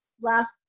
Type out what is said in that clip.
Last